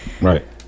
Right